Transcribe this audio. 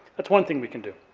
that's one thing we can do.